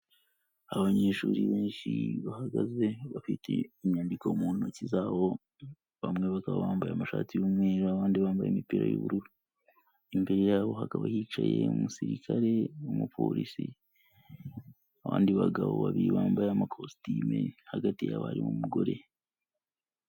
Abanyeshuri benshi bahagaze bafite inyandiko mu ntoki zabo, bamwe bakaba bambaye amashati y'umweru, abandi bambaye imipira y'ubururu, imbere yabo hakaba hicaye umusirikare n'umupolisi, abandi bagabo babiri bambaye amakositime, hagati yabo harimo umugore.